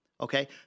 Okay